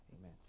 amen